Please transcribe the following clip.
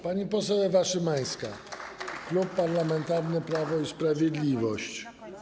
Pani poseł Ewa Szymańska, Klub Parlamentarny Prawo i Sprawiedliwość.